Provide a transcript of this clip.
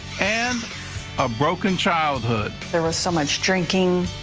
and a broken childhood there was so much drinking,